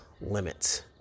limits